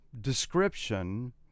description